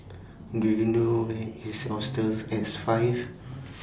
Do YOU know Where IS Hostel six five